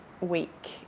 week